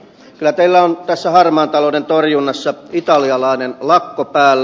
kyllä teillä on tässä harmaan talouden torjunnassa italialainen lakko päällä